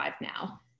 now